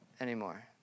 anymore